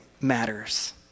matters